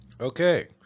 Okay